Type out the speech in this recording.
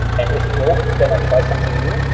and if no, then i try something new.